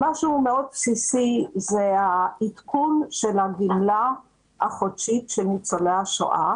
המשהו המאוד בסיסי זה העדכון של הגמלה החודשית של ניצולי השואה,